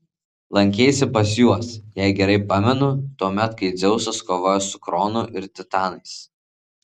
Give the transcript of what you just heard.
lankeisi pas juos jei gerai pamenu tuomet kai dzeusas kovojo su kronu ir titanais